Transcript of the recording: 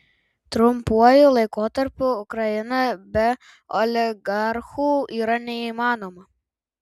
trumpuoju laikotarpiu ukraina be oligarchų yra neįmanoma